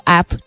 app